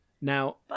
Now